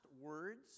words